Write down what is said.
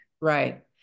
Right